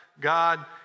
God